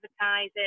advertising